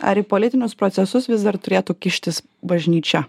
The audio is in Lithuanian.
ar į politinius procesus vis dar turėtų kištis bažnyčia